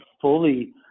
fully